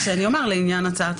עליון,